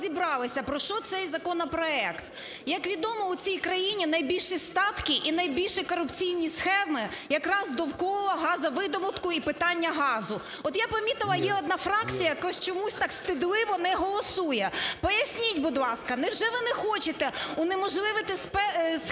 розібралися, про що цей законопроект. Як відомо, у цій країні найбільші статки і найбільші корупційні схеми якраз довкола газовидобутку і питання газу. От я помітила є одна фракція, яка чомусь так стидливо не голосує. Поясніть, будь ласка, невже ви не хочете унеможливити схеми